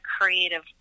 creative